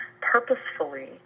purposefully